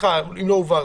סליחה אם לא הובהרתי.